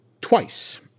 twice